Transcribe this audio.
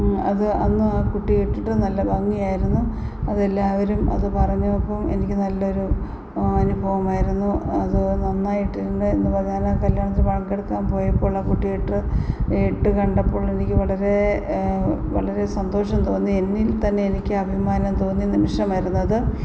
അത് അന്ന് ആ കുട്ടി ഇട്ടിട്ട് നല്ല ഭംഗിയായിരുന്നു അതെല്ലാവരും അതു പറഞ്ഞു അപ്പോൾ എനിക്കു നല്ലൊരു അനുഭവമായിരുന്നു അതു നന്നായിട്ടുണ്ട് എന്നു പറഞ്ഞു ഞാനാ കല്ല്യാണത്തിനു പങ്കെടുക്കാൻ പോയപ്പോൾ ആ കുട്ടിയിട്ട് ഇട്ട് കണ്ടപ്പോൾ എനിക്കു വളരെ വളരെ സന്തോഷം തോന്നി എന്നിൽ തന്നെ എനിക്ക് അഭിമാനം തോന്നിയ നിമിഷമായിരുന്നു അത്